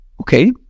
Okay